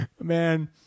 Man